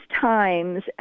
times